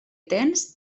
tens